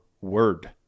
word